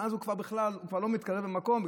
ואז הוא כבר בכלל לא מתקרב למקום,